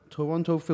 Toronto